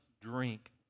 drink